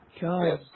God